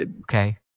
Okay